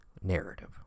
narrative